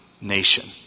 nation